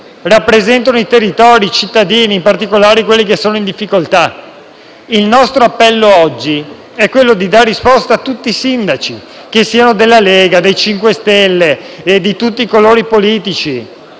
rappresentano i territori, i cittadini e, in particolare, quelli che sono in difficoltà. Il nostro appello oggi è: dare risposta a tutti i sindaci, che siano della Lega del MoVimento 5 Stelle o di altri colori politici.